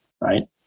Right